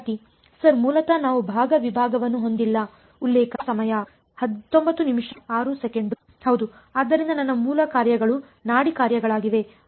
ವಿದ್ಯಾರ್ಥಿ ಸರ್ ಮೂಲತಃ ನಾವು ಭಾಗ ವಿಭಾಗವನ್ನು ಹೊಂದಿಲ್ಲ ಹೌದು ಆದ್ದರಿಂದ ನನ್ನ ಮೂಲ ಕಾರ್ಯಗಳು ನಾಡಿ ಕಾರ್ಯಗಳಾಗಿವೆ